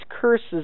curses